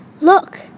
Look